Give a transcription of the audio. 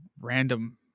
random